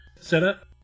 setup